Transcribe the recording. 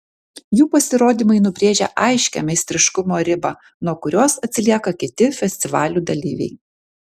jų pasirodymai nubrėžia aiškią meistriškumo ribą nuo kurios atsilieka kiti festivalių dalyviai